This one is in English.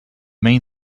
main